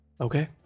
Okay